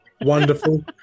Wonderful